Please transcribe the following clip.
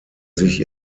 sich